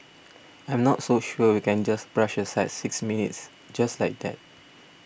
I'm not so sure we can just brush aside six minutes just like that